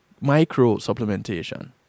micro-supplementation